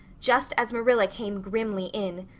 just as marilla came grimly in,